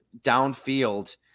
downfield